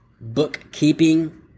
bookkeeping